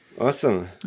Awesome